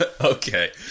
Okay